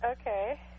Okay